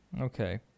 Okay